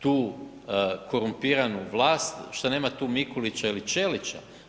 tu korumpiranu vlast, što nema tu Mikulića ili Ćelića.